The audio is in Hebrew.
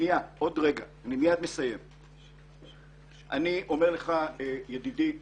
אני אומר לך ידידי בריק,